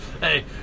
Hey